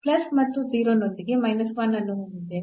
plus ಮತ್ತು 0 ನೊಂದಿಗೆ 1 ಅನ್ನು ಹೊಂದಿದ್ದೇವೆ